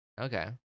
okay